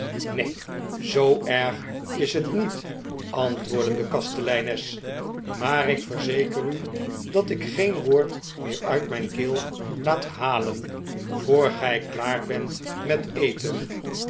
neen zoo erg is het niet antwoordde de kasteleines maar ik verzeker u dat ik geen woord meer uit mijn keel laat halen voor gij klaar bent met eten